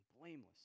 blameless